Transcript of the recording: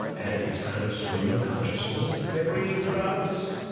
and it's kind of stream of consciousness. they're bringing drugs.